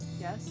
yes